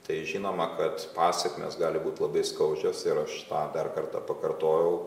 tai žinoma kad pasekmės gali būt labai skaudžios ir aš tą dar kartą pakartojau